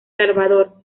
salvador